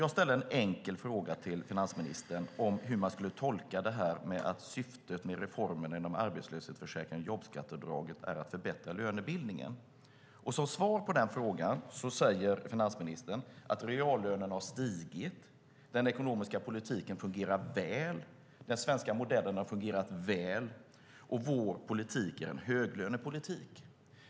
Jag ställde en enkel fråga till finansministern om hur man skulle tolka detta att syftet med reformerna inom arbetslöshetsförsäkringen och jobbskatteavdraget är att förbättra lönebildningen. Som svar på frågan säger finansministern att reallönerna har stigit, att den ekonomiska politiken fungerar väl, att den svenska modellen har fungerat väl och att vår politik är en höglönepolitik.